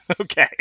Okay